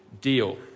deal